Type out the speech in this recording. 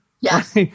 Yes